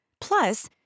Plus